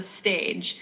stage